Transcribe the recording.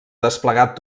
desplegat